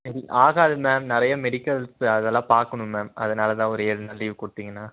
இல் ஆகாது மேம் நிறைய மெடிக்கல்ஸு அதெல்லாம் பார்க்கணும் மேம் அதனால்தான் ஒரு ஏலு நாள் லீவ் கொடுத்திங்கன்னா